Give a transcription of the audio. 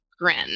grin